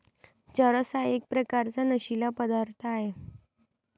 चरस हा एक प्रकारचा नशीला पदार्थ आहे